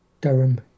Durham